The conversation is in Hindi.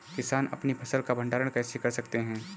किसान अपनी फसल का भंडारण कैसे कर सकते हैं?